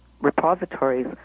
repositories